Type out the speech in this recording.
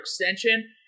extension